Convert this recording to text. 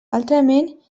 altrament